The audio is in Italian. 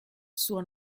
suo